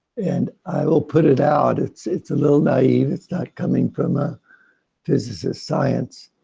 and i will put it out. it's, it's a little naive. it's not coming from a physicist science.